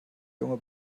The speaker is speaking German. junge